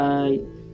Bye